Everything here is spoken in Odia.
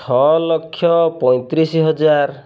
ଛଅ ଲକ୍ଷ ପଇଁତିରିଶି ହଜାର